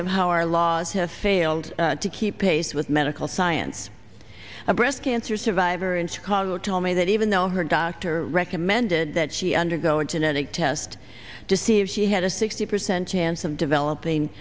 of how our laws have failed to keep pace with medical science a breast cancer survivor in chicago told me that even though her doctor recommended that she undergo a genetic test to see if she had a sixty percent chance of developing